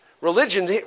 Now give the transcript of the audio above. Religion